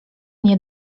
nie